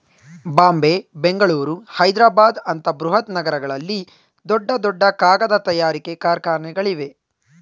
ಬಾಂಬೆ, ಬೆಂಗಳೂರು, ಹೈದ್ರಾಬಾದ್ ಅಂತ ಬೃಹತ್ ನಗರಗಳಲ್ಲಿ ದೊಡ್ಡ ದೊಡ್ಡ ಕಾಗದ ತಯಾರಿಕೆ ಕಾರ್ಖಾನೆಗಳಿವೆ